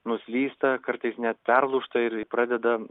nuslysta kartais net perlūžta ir pradeda